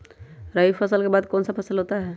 रवि फसल के बाद कौन सा फसल होता है?